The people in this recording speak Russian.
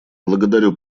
благодарю